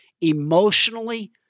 emotionally